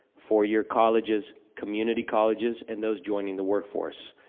four year colleges, community colleges, and those joining the workforce.